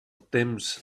temps